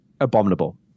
abominable